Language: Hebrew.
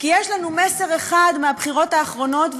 כי יש לנו מסר אחד מהבחירות האחרונות,